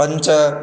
पञ्च